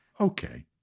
Okay